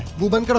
woman,